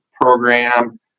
program